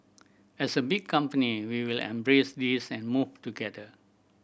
as a big company we will embrace this and move together